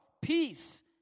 peace